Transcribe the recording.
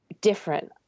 different